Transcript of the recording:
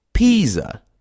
Pisa